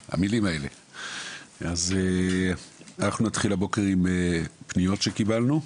אז אנחנו נתחיל הבוקר עם פניות שקיבלנו.